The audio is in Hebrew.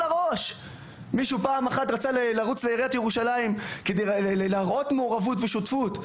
מישהו פעם רצה לרוץ לעיריית ירושלים כדי להראות מעורבות ושותפות,